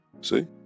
see